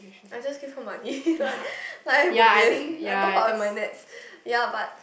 I just give for money like like I bo pian I top up with my nets ya but